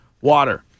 water